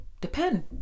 depend